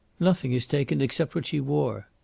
nothing is taken except what she wore.